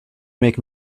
make